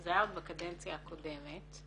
שזה היה בקדנציה הקודמת,